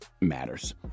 Matters